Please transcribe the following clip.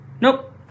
Nope